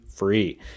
Free